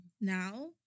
now